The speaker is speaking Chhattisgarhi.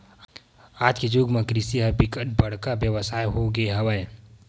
आज के जुग म कृषि ह बिकट बड़का बेवसाय हो गे हवय